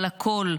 אבל הכול,